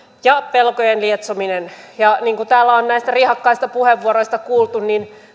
ja pelkojen lietsominen ja niin kuin täällä on näistä riehakkaista puheenvuoroista kuultu